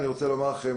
אני רוצה לומר לכם,